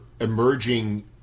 emerging